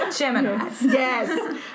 Yes